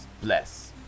bless